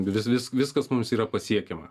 vis vis viskas mums yra pasiekiama